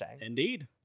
Indeed